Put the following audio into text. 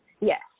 Yes